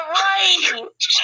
right